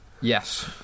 Yes